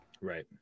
Right